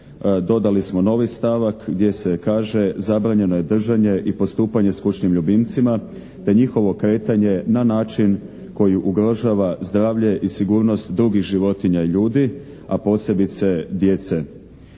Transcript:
dodali smo novi stavak gdje se kaže zabranjeno je držanje i postupanje s kućnim ljubimcima te njihovo kretanje na način koji ugrožava zdravlje i sigurnost drugih životinja i ljudi, a posebice djece.